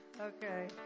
Okay